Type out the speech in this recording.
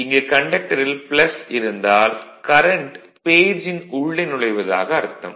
இங்கு கண்டக்டரில் இருந்தால் கரண்ட் பேஜின் உள்ளே நழைவதாக அர்த்தம்